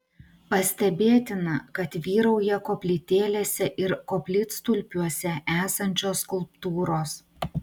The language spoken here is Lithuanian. pastebėtina kad vyrauja koplytėlėse ir koplytstulpiuose esančios skulptūros